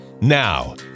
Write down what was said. Now